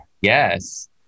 Yes